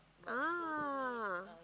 ah